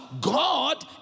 God